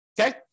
okay